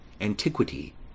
antiquity